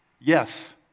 Yes